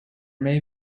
may